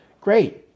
Great